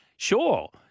Sure